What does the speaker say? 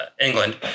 England